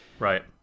Right